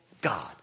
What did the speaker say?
God